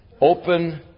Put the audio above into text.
open